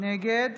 נגד